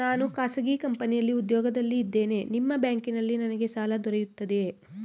ನಾನು ಖಾಸಗಿ ಕಂಪನಿಯಲ್ಲಿ ಉದ್ಯೋಗದಲ್ಲಿ ಇದ್ದೇನೆ ನಿಮ್ಮ ಬ್ಯಾಂಕಿನಲ್ಲಿ ನನಗೆ ಸಾಲ ದೊರೆಯುತ್ತದೆಯೇ?